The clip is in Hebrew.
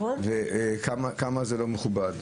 כמה זה לא מכובד.